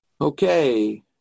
Okay